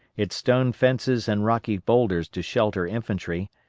its stone fences and rocky boulders to shelter infantry,